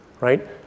right